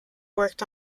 worked